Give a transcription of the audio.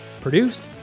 produced